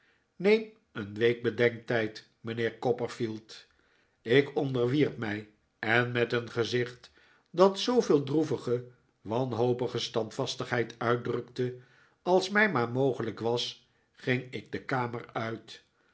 neem een week bedenktijd mijnheer copperfield ik onderwierp mij en met een gezicht dat zooveel droevige wanhopige standvastigheid uitdrukte als mij maar mogelijk was ging ik de kamer uit